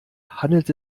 handelt